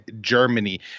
Germany